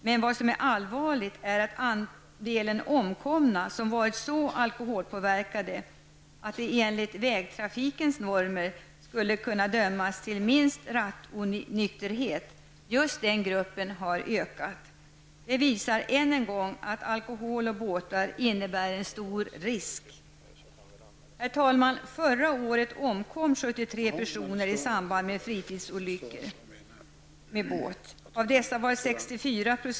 Men vad som är allvarligt är att andelen omkomna, som varit så alkoholpåverkade att de enligt vägtrafikens normer skulle kunna dömas till minst rattonykterhet, har ökat. Det visar än en gång att alkohol och båtar innebär en stor risk.